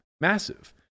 massive